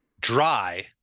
dry